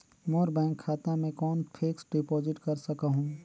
मोर bank खाता मे कौन फिक्स्ड डिपॉजिट कर सकहुं?